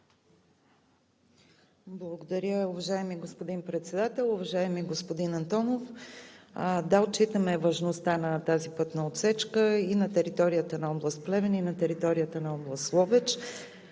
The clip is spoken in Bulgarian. Благодаря, уважаеми господин Председател. Уважаеми господин Антонов! Да, отчитаме важността на тази пътна отсечка и на територията на област Плевен, и на територията на област Ловеч.